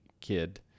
kid